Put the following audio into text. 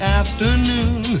afternoon